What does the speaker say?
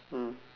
mm